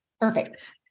perfect